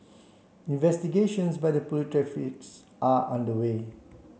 investigations by the Police are underway